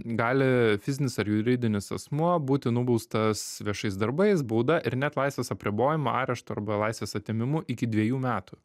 gali fizinis ar juridinis asmuo būti nubaustas viešais darbais bauda ir net laisvės apribojimu areštu arba laisvės atėmimu iki dviejų metų